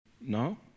No